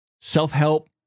self-help